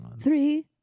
three